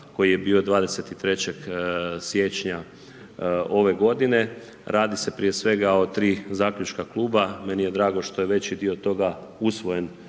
koji je bio 23. siječnja ove godine. Radi se prije svega, o 3 zaključka kluba. Meni je drago što je veći dio toga usvojen